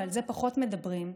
ועל זה פחות מדברים,